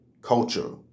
culture